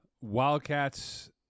Wildcats